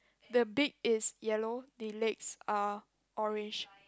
the beak is yellow the legs are orange